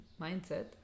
mindset